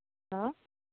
hello